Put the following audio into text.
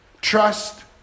trust